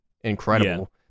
incredible